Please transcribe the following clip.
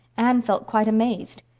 anne felt quite amazed.